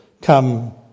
come